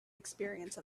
experience